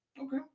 Okay